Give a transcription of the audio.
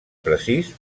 precís